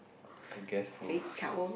I guess so